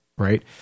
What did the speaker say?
Right